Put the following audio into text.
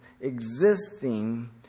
existing